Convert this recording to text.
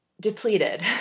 depleted